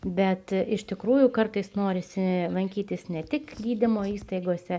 bet iš tikrųjų kartais norisi lankytis ne tik gydymo įstaigose